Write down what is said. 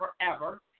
forever